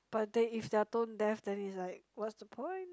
but they if they are tone deaf that is like what's the point